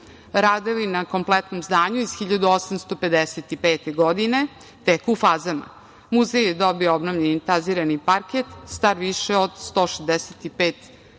Radovi na kompletnom zdanju iz 1855. godine teku u fazama. Muzej je dobio obnovljeni i intarzirani parket star više od 165 godina. Upravo